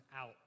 out